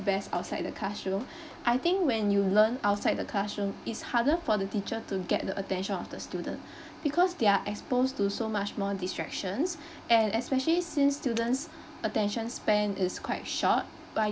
best outside the classroom I think when you learn outside the classroom it's harder for the teacher to get the attention of the student because they are exposed to so much more distractions and especially since students' attention span is quite short I